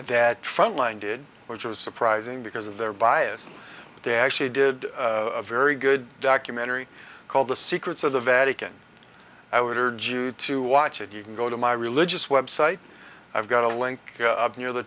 that frontline did which was surprising because of their bias they actually did a very good documentary called the secrets of the vatican i would or jew to watch it you can go to my religious website i've got a link near the